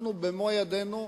אנחנו במו ידינו,